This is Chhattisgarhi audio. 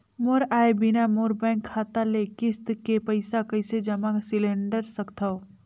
मोर आय बिना मोर बैंक खाता ले किस्त के पईसा कइसे जमा सिलेंडर सकथव?